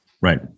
Right